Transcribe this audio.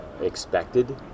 expected